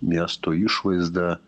miesto išvaizdą